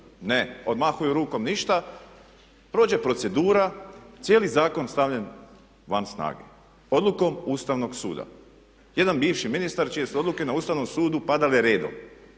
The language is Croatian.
Ne, odmahuju rukom ništa. Prođe procedura, cijeli zakon stavljen van snage odlukom Ustavnog suda. Jedan bivši ministar čije su odluke na Ustavnom sudu padale redom